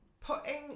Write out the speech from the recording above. putting